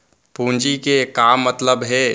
पूंजी के का मतलब हे?